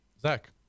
Zach